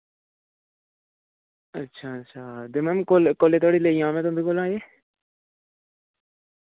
अच्छा अच्छा ते मैम कोल्ले कोल्ले धोड़ी लेई जां में तुंदे कोला एह्